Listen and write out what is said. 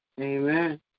Amen